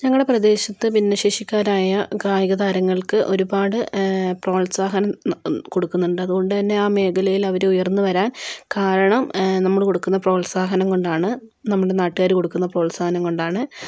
ഞങ്ങളുടെ പ്രദേശത്ത് ഭിന്നശേഷിക്കാരായ കായികതാരങ്ങൾക്ക് ഒരുപാട് പ്രോത്സാഹനം ന കൊടുക്കുന്നുണ്ട് അതുകൊണ്ട് തന്നേ അവർ ആ മേഖലയിൽ ഉയർന്ന് വരാൻ കാരണം നമ്മൾ കൊടുക്കുന്ന പ്രോത്സാഹനം കൊണ്ടാണ് നമ്മുടേ നാട്ടുകാർ കൊടുക്കുന്ന പ്രോത്സാഹനം കൊണ്ടാണ്